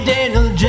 Daniel